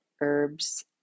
herbs